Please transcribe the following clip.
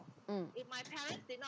mm